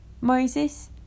Moses